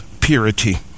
purity